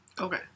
Okay